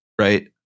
right